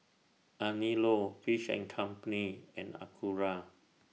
Anello Fish and Company and Acura